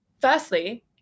Firstly